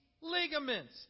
ligaments